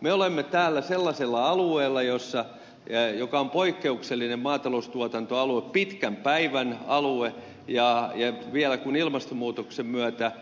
me olemme täällä sellaisella alueella joka on poikkeuksellinen maataloustuotantoalue pitkän päivän alue ja vielä kun ilmastonmuutoksen myötä